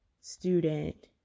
student